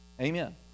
amen